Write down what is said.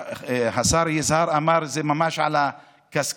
השר יזהר שי אמר שזה ממש על הקשקש,